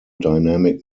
dynamic